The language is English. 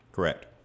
Correct